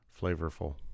flavorful